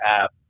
app